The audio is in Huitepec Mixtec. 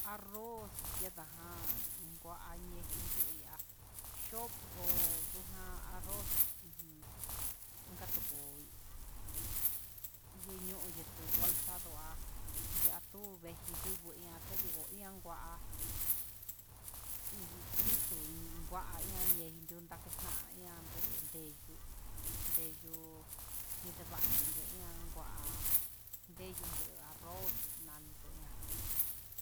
Arroz ñenda jan ngua ndejindió inda'a xho'o arroz ujun inka tuku ñoo inka bolsa yatu ndiji ndobo yate dikon ian ngua uun frito nguaya endu ndakeñaña, anduu ndeyuu ndeyuu inke ngua ni'a ngua arroz nami tuyá.